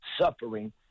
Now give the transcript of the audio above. suffering